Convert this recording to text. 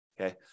Okay